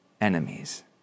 enemies